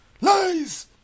Lies